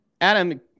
Adam